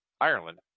Ireland